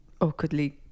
awkwardly